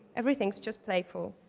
everything's just playful.